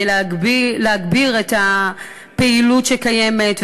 כדי להגביר את הפעילות שקיימת,